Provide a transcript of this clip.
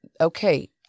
okay